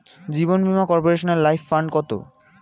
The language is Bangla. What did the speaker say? জীবন বীমা কর্পোরেশনের লাইফ ফান্ড কত?